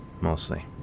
mostly